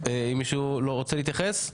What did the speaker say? יש מישהו שרוצה להתייחס?